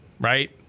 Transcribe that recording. right